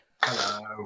Hello